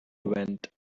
went